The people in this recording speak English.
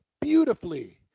beautifully